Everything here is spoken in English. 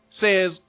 says